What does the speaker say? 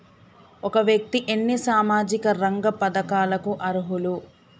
ఒక వ్యక్తి ఎన్ని సామాజిక రంగ పథకాలకు అర్హులు?